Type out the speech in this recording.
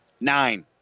nine